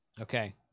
Okay